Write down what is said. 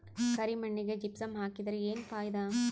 ಕರಿ ಮಣ್ಣಿಗೆ ಜಿಪ್ಸಮ್ ಹಾಕಿದರೆ ಏನ್ ಫಾಯಿದಾ?